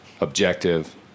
objective